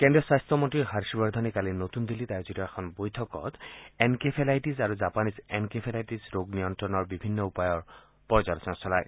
কেজ্ৰীয় স্বাস্থমন্ত্ৰী হৰ্ষবৰ্ধন কালি নতুন দিল্লীত আয়োজিত এখন বৈঠকত এনকেফেলাইটিজ আৰু জাপানীজ এনকেফেলাইটিছ ৰোগ নিয়ন্ত্ৰণৰ বিভিন্ন উপায়ৰ পৰ্যালোচনা চলায়